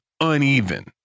uneven